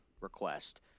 request